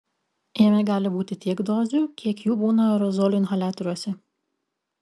jame gali būti tiek dozių kiek jų būna aerozolių inhaliatoriuose